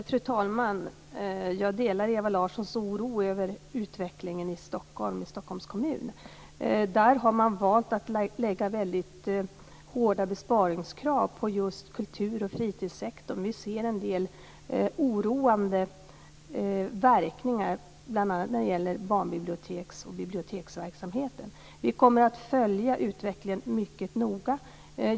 Fru talman! Jag delar Ewa Larssons oro över utvecklingen i Stockholms kommun. Där har man valt att lägga hårda besparingskrav på just kultur och fritidssektorn. Vi ser en del oroande verkningar, bl.a. när det gäller barnbiblioteks och biblioteksverksamheten. Vi kommer att följa utvecklingen mycket noga.